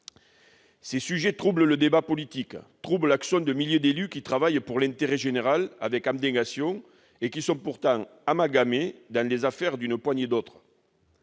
Ces sujets troublent le débat politique, ainsi que l'action de milliers d'élus qui travaillent pour l'intérêt général avec abnégation et qui sont pourtant amalgamés avec les affaires d'une poignée d'autres.